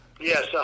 Yes